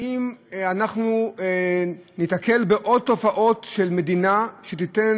האם אנחנו ניתקל בעוד תופעות של מדינה שתיתן,